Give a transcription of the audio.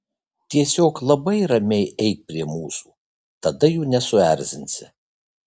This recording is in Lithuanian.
tiesiog labai ramiai eik prie mūsų tada jų nesuerzinsi